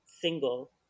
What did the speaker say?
single